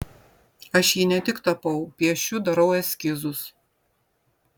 aš jį ne tik tapau piešiu darau eskizus